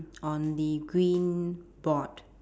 on the green board